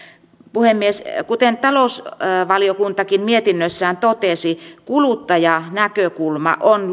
puhemies kuten talousvaliokuntakin mietinnössään totesi kuluttajanäkökulma on